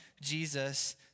Jesus